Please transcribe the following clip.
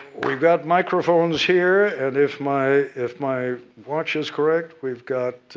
we've got microphones here. and, if my if my watch is correct, we've got